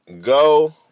go